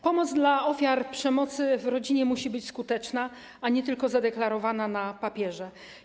Pomoc dla ofiar przemocy w rodzinie musi być skuteczna, a nie tylko zadeklarowana na papierze.